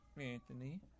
Anthony